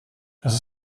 dass